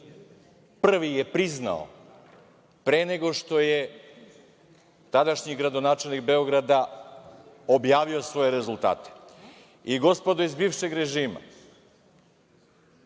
Prvi je priznao pre nego što je tadašnji gradonačelnik Beograda objavio svoje rezultate. Gospodo iz bivšeg režima,